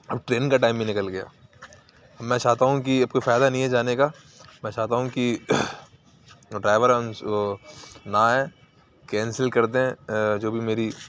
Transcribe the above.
اب ٹرین کا ٹائم بھی نکل گیا اب میں چاہتا ہوں کہ اب کوئی فائدہ نہیں ہے جانے کا میں چاہتا ہوں کہ ڈرائیور نہ آئے کینسل کر دیں جو بھی میری